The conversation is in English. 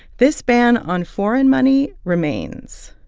this ban on foreign money remains.